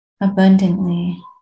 abundantly